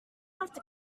off